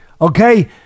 okay